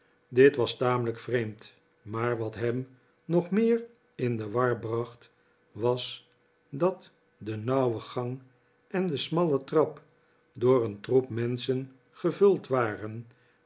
dit was tamelijk vreemd maar wat hem nog meer in de war bracht was dat de nauwe gang en de smalle trap door een troep menschen gevuld waren